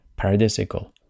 paradisical